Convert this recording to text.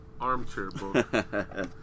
armchair